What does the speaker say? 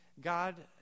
God